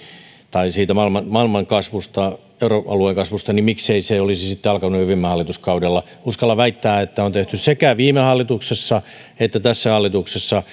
tai siitä maailman maailman kasvusta euroalueen kasvusta niin miksei se olisi sitten alkanut jo viime hallituskaudella uskallan väittää että on tehty sekä viime hallituksessa että tässä hallituksessa